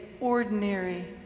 ordinary